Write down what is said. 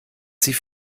sie